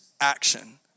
action